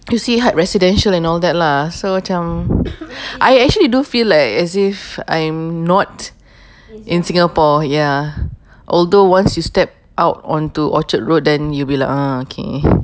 you see like residential and all that lah so macam I actually do feel like as if I'm not in singapore ya although once you step out onto orchard road then you'll be like ah okay